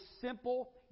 simple